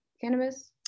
cannabis